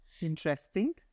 Interesting